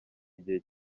igihe